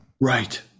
Right